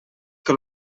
que